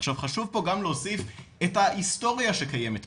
עכשיו חשוב פה גם להוסיף, את ההיסטוריה שקיימת פה,